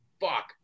fuck